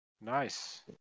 Nice